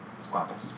squabbles